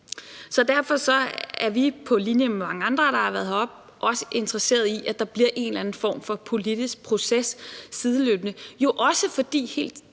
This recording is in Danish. Derfor er vi på linje med mange andre, der har været heroppe, også interesseret i, at der sideløbende bliver en form for politisk proces, også fordi det